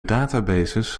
databases